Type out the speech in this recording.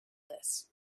this